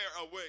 away